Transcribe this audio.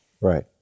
Right